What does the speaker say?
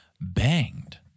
banged